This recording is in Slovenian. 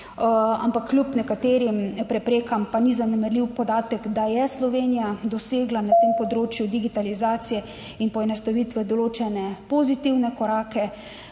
Ampak kljub nekaterim preprekam pa ni zanemarljiv podatek, da je Slovenija dosegla na tem področju digitalizacije in poenostavitve določene pozitivne korake.